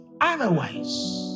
Otherwise